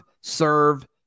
serve